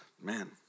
Man